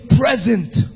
present